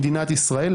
במדינת ישראל,